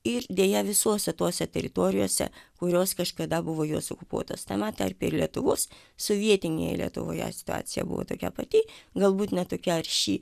ir deja visose tose teritorijose kurios kažkada buvo jos okupuotos tema tarpe lietuvos sovietinėje lietuvoje situacija buvo tokia pati galbūt ne tokia arši